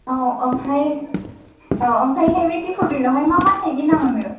ओमफ्राय औ ओमफ्राय हाय बे दिपर बिलावहाय मा मा थाइबनि ना मोनो